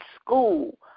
school